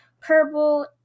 purple